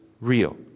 real